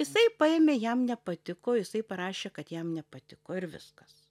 jisai paėmė jam nepatiko jisai parašė kad jam nepatiko ir viskas